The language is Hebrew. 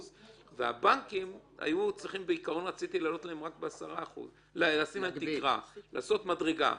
ולבנקים רציתי לשים תקרה של 10%, לעשות מדרגה,